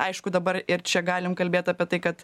aišku dabar ir čia galim kalbėt apie tai kad